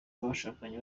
abashakanye